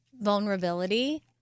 vulnerability